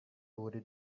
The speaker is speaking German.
wurde